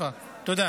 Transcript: תנצל.